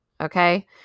okay